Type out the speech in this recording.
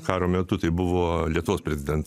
karo metu tai buvo lietuvos prezidentė